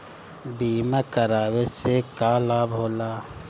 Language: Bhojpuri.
बीमा करावे से का लाभ होला?